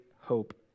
hope